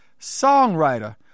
songwriter